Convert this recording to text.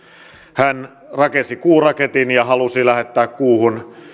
hän rakensi kuuraketin ja halusi lähettää kuuhun